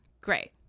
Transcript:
great